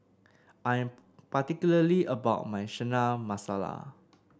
I'm particularly about my Chana Masala